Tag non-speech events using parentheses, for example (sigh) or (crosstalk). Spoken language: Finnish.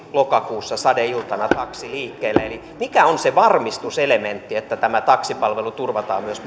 lokakuussa sadeiltana taksi liikkeelle eli mikä on se varmistuselementti että tämä taksipalvelu turvataan myös (unintelligible)